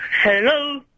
Hello